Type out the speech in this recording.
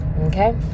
Okay